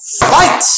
fight